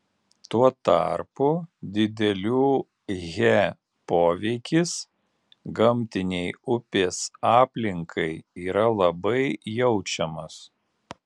tuo tarpu didelių he poveikis gamtinei upės aplinkai yra labai jaučiamas